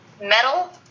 Metal